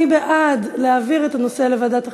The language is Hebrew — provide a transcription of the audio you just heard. מי בעד להעביר את הנושא לוועדת החינוך?